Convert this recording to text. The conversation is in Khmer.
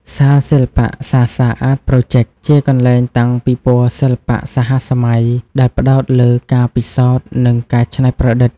សាលសិល្បៈសា សា អាត ប្រូចីក ជាកន្លែងតាំងពិពណ៌សិល្បៈសហសម័យដែលផ្តោតលើការពិសោធន៍ និងការច្នៃប្រឌិត។